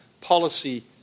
policy